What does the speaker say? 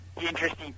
interesting